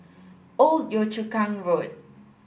Old Yio Chu Kang Road